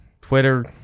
Twitter